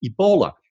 Ebola